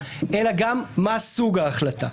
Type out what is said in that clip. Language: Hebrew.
אלא גם מה סוג ההחלטה,